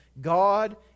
God